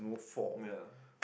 yeah